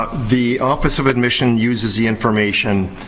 ah the office of admission uses the information,